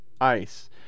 ICE